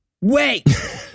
wait